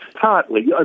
partly